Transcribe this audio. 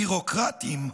ביורוקרטיים,